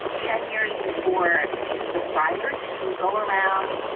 ten years before the friars who go around,